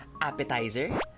appetizer